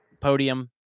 podium